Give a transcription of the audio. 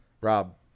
Rob